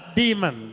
demon